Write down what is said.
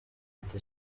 ati